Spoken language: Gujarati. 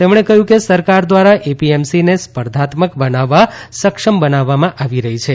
તેમણે કહ્યું કે સરકાર દ્વારા એપીએમસીને સ્પર્ધાત્મક બનાવવા સક્ષમ બનાવવામાં આવી રહી છે